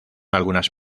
algunas